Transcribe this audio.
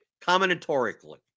combinatorically